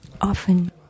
often